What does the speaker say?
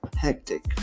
hectic